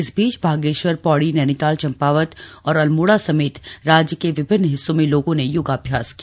इस बीच बागेश्वर पौड़ी नैनीताल चंपावत और अल्माड़ा समेत राज्य के विभिन्न हिस्सों में लोगों ने योगाभ्यास किया